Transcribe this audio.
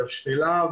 בשפלה,